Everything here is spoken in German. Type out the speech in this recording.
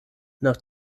nach